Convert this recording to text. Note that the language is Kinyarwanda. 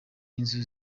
inzu